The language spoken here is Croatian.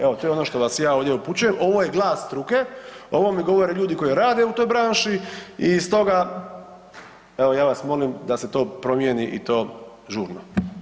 Evo, to je ono što vas ja ovdje upućujem, ovo je glas struke, ovo mi govore ljudi koji rade u toj branši i stoga ja vas molim da se to promijeni i to žurno.